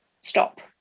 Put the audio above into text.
stop